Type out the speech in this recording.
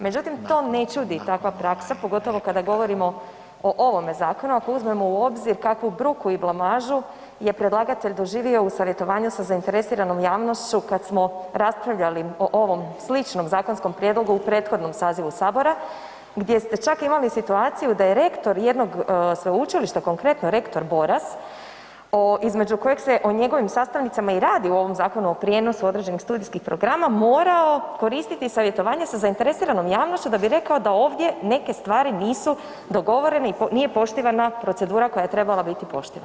Međutim, to ne čudi takva praksa, pogotovo kada govorimo o ovome zakonu ako uzmemo u obzir kakvu bruku i blamažu je predlagatelj doživio u savjetovanju sa zainteresiranom javnošću kad smo raspravljali o ovom sličnom zakonskom prijedlogu u prethodnom sazivu sabora, gdje ste čak imali situaciju da je rektor jednog sveučilišta, konkretno rektor Boras o, između kojeg se o njegovim sastavnicama radi u ovom zakonu, o prijenosu određenih studijskih programa, morao koristiti savjetovanje sa zainteresiranom javnošću da bi rekao da ovdje neke stvari nisu dogovorene i nije poštivana procedura koja je trebala biti poštivana.